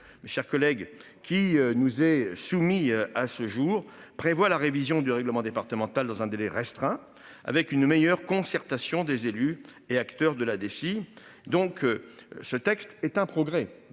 Mes chers collègues qui nous est soumis à ce jour prévoit la révision du règlement départemental dans un délai restreint avec une meilleure concertation des élus et acteurs de la DSI donc. Ce texte est un progrès